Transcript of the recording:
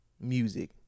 music